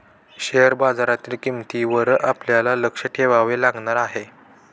share बाजारातील किंमतींवर आपल्याला लक्ष ठेवावे लागणार आहे